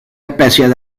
especies